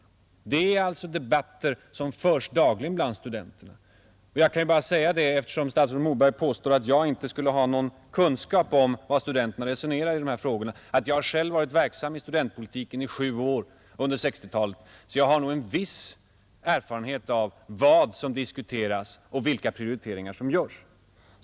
Det är alltså debatter som förs dagligen bland studenterna. Eftersom statsrådet Moberg påstår att jag inte skulle ha någon kunskap om vad studenterna resonerar om vill jag säga att jag har varit verksam i studentpolitiken under sju år på 1960-talet; jag har nog en viss erfarenhet av vad som diskuteras och vilka prioriteringar som görs.